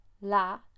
la